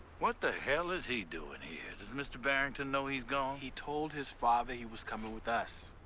what the hell is he doing here? does mr. barrington know he's gone? he told his father he was coming with us.